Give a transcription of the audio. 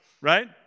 right